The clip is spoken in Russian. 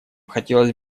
хотелось